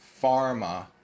Pharma